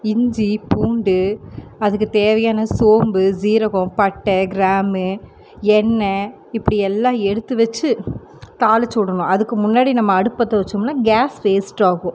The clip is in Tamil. இஞ்சி பூண்டு அதுக்கு தேவையான சோம்பு சீரகம் பட்ட கிராமு எண்ணெய் இப்படி எல்லாம் எடுத்து வச்சு தாளிச்சிவிடணும் அதுக்கு முன்னாடி நம்ம அடுப்பு பற்ற வச்சோம்னா கேஸ் வேஸ்ட்டாகும்